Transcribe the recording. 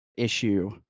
issue